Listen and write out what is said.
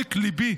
מעומק ליבי